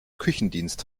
küchendienst